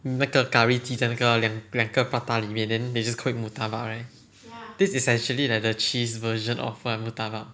那个 curry 鸡的那个两两个 prata 里面 then 你 just call it murtabak right this is actually like the cheese version of murtabak